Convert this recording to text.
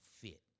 fit